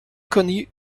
connus